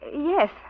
yes